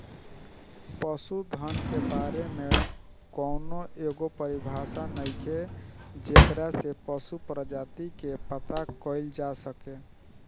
पशुधन के बारे में कौनो एगो परिभाषा नइखे जेकरा से पशु प्रजाति के पता कईल जा सके